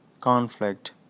Conflict